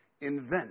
invent